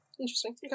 Interesting